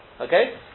Okay